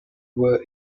were